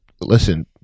Listen